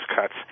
cuts